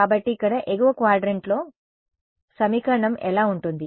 కాబట్టి ఇక్కడ ఎగువ క్వాడ్రంట్లో సమీకరణం ఎలా ఉంటుంది